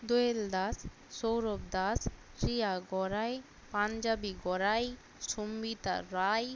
Doyel Das Sourav Das Shriya Garai Punjabi Garai Sambita Roy